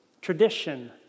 tradition